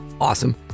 awesome